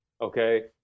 Okay